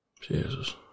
Jesus